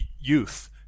youth